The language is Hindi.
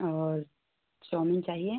और चउमिन चाहिए